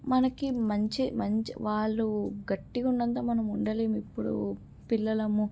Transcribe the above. మనకి మంచి మంచి వాళ్ళు గట్టిగా ఉన్నంత మనం ఉండలేము ఇప్పుడు పిల్లలము